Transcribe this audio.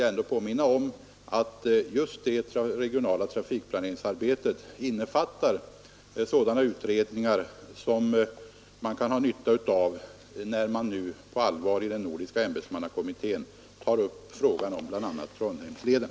Jag vill påminna om att det regionala trafikplaneringsarbetet innefattar utredningar som den nordiska ämbetsmannakommittén kan ha nytta av när den nu på allvar skall ta upp frågan bl.a. om Trondheimsleden.